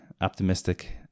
optimistic